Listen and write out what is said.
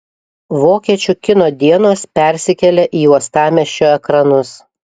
vokiečių kino dienos persikelia į uostamiesčio ekranus